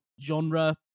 genre